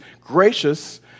gracious